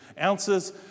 ounces